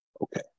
Okay